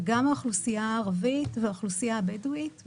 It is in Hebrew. וגם האוכלוסייה הערבית והאוכלוסייה הבדואית.